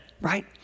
right